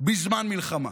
בזמן מלחמה,